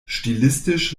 stilistisch